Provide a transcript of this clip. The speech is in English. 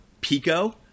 Pico